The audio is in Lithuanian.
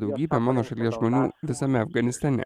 daugybė mano šalies žmonių visame afganistane